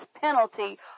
penalty